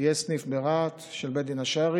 יהיה ברהט סניף של בית הדין השרעי,